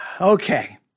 Okay